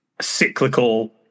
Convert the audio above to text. cyclical